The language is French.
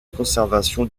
conservation